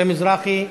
משה מזרחי.